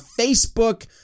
Facebook